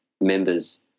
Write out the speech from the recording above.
members